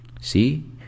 see